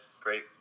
great